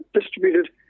distributed